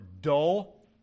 dull